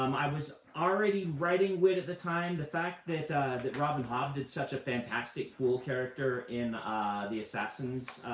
um i was already writing wit at the time. the fact that that robin hobb did such a fantastic fool character in the assassins,